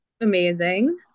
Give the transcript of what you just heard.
Amazing